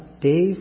Dave